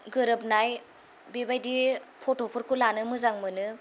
गोरोबनाय बेबायदि फट' फोरखौ लानो मोजां मोनो